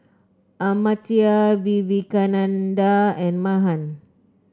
Amartya Vivekananda and Mahan